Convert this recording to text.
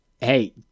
Hey